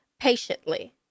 patiently